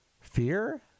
Fear